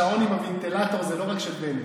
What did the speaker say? השעון עם הוונטילטור זה לא רק של בנט.